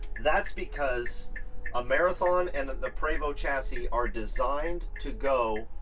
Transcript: that's because a marathon and the prevost chassis are designed to go,